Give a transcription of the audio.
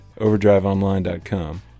overdriveonline.com